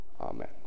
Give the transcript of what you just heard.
amen